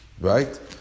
right